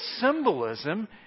symbolism